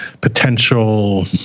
potential